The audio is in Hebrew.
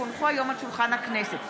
כי הונחו היום על שולחן הכנסת,